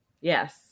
yes